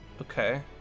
Okay